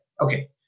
Okay